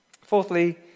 Fourthly